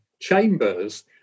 Chambers